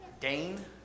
Dane